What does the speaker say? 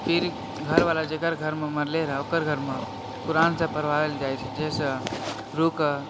फिर घरवाला जेकर घर मे मरले रहै ओकर घर मे कुरान सब पढ़वायल जाइ छै जेहिसँ रूह के